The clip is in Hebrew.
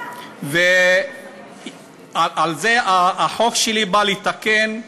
ואת זה החוק שלי בא לתקן.